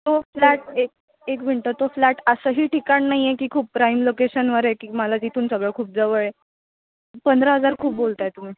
तो फ्लॅट एक एक मिनटं तो फ्लॅट असंही ठिकाण नाही आहे की खूप प्राईम लोकेशनवर आहे की मला तिथून सगळं खूप जवळ आहे पंधरा हजार खूप बोलत आहे तुम्ही